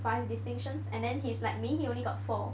five distinctions and then he's like me he only got four